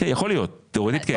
כן יכול להיות, תיאורטית כן.